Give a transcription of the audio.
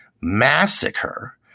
massacre